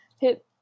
hit